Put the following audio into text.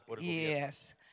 Yes